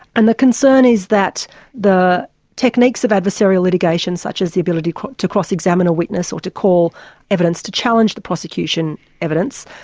and the concern is that the techniques of adversarial litigation, such as the ability to cross examine a witness or to call evidence to challenge the prosecution evidence,